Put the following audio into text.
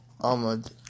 Ahmad